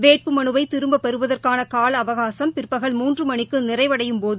வேட்புமனுவைதிரும்பப்பெறுவதற்கானகாலஅவகாசும் பிற்பகல் மூன்றுமணிக்குநிறைவடையும்போது